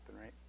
right